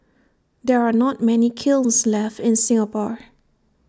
there are not many kilns left in Singapore